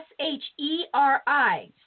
S-H-E-R-I